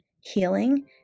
healing